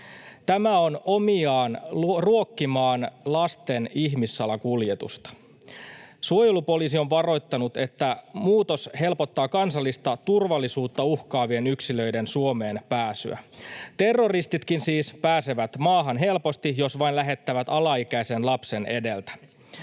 Tämä on omiaan ruokkimaan lasten ihmissalakuljetusta. Suojelupoliisi on varoittanut, että muutos helpottaa kansallista turvallisuutta uhkaavien yksilöiden Suomeen pääsyä. Terroristitkin siis pääsevät maahan helposti, jos vain lähettävät alaikäisen lapsen edeltä.